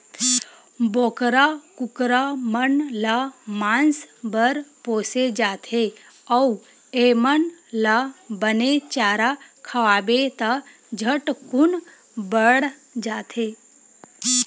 बोकरा, कुकरा मन ल मांस बर पोसे जाथे अउ एमन ल बने चारा खवाबे त झटकुन बाड़थे